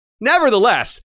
Nevertheless